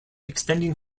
extending